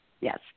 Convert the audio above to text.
Yes